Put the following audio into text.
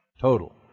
total